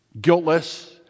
guiltless